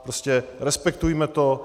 Prostě respektujme to.